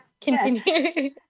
continue